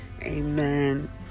amen